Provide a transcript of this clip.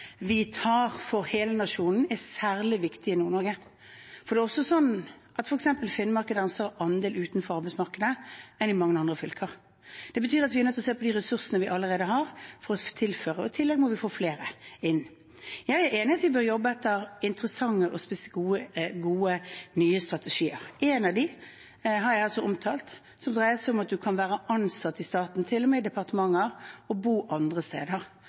tar for hele nasjonen, er særlig viktige i Nord-Norge. Det er også sånn at det f.eks. i Finnmark er en større andel utenfor arbeidsmarkedet enn i mange andre fylker. Det betyr at vi er nødt til å se på de ressursene vi allerede har å tilføre, og i tillegg må vi få flere inn. Jeg er enig i at vi bør jobbe etter interessante og gode, nye strategier. En av dem jeg har omtalt, dreier seg om at man kan være ansatt i staten, til og med i departementer, og bo andre steder.